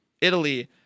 Italy